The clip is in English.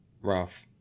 Ralph